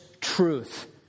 truth